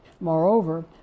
Moreover